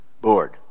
board